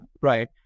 right